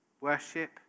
worship